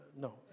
no